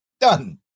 Done